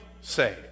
say